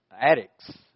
addicts